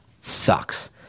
sucks